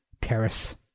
Terrace